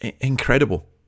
Incredible